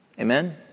Amen